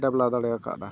ᱰᱮᱵᱽᱞᱟᱣ ᱫᱟᱲᱮ ᱟᱠᱟᱫᱼᱟᱭ